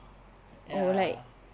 ya